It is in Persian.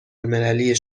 المللی